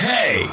Hey